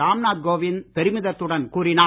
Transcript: ராம் நாத் கோவிந்த் பெருமிதத்துடன் கூறினார்